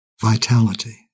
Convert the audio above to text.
vitality